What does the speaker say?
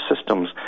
systems